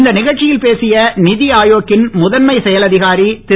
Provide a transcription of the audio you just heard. இந்த நிகழ்ச்சியில் பேசிய நிதி ஆயோக்கின் முதன்மை செயல் அதிகாரி திரு